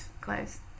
clothes